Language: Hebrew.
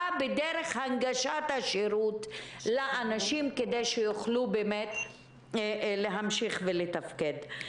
בדרך של הנגשת השירות לאנשים כדי שהם יוכלו באמת להמשיך ולתפקד.